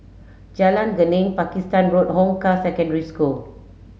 Jalan Geneng Pakistan Road Hong Kah Secondary School